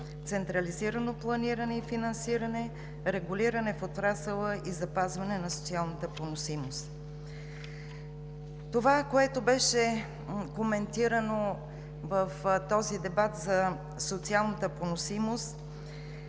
централизирано планиране и финансиране, регулиране в отрасъла и запазване на социалната поносимост. Това, което беше коментирано в този дебат, за социалната поносимост.